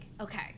okay